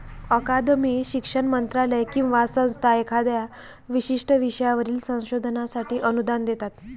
अकादमी, शिक्षण मंत्रालय किंवा संस्था एखाद्या विशिष्ट विषयावरील संशोधनासाठी अनुदान देतात